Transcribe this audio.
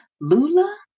Lula